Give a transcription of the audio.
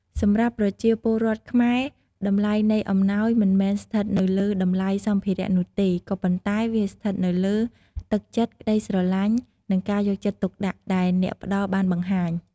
សម្រាប់ប្រជាពលរដ្ឋខ្មែរ តម្លៃនៃអំណោយមិនមែនស្ថិតនៅលើតម្លៃសម្ភារៈនោះទេ ក៏ប៉ុន្តែវាស្ថិតនៅលើ ទឹកចិត្ត ក្តីស្រឡាញ់ និងការយកចិត្តទុកដាក់ ដែលអ្នកផ្តល់បានបង្ហាញ។។